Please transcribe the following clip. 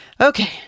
Okay